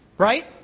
Right